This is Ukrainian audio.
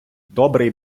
добрий